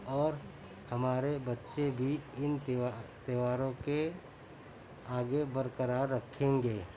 اور ہمارے بچے بھی ان تیوہاروں کو آگے برقرار رکھیں گے